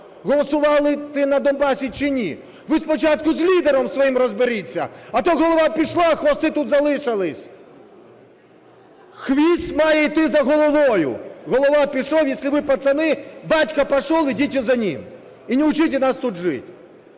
голосував ти на Донбасі чи ні? Ви спочатку з лідером своїм розберіться, а то голова пішла, а хвости тут залишились. Хвіст має йти за головою. Голова пішов, если вы пацаны, батько пошел – идите за ним. И не учите нас тут жить.